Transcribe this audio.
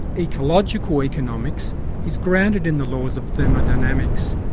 ecological economics is grounded in the laws of thermodynamics,